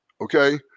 Okay